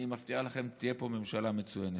אני מבטיח לכם, תהיה פה ממשלה מצוינת.